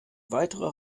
weiterer